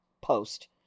post